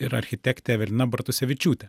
ir architektė evelina bartusevičiūtė